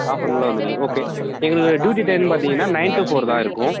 of an அவர்ல வந்துடுவீங்க okay எங்களுக்கு டூட்டி டைம்னு பார்த்திங்கன்னா நையன் டு ஃபோர் தான் இருக்கும்